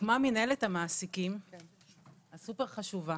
הוקמה מינהלת המעסיקים הסופר חשובה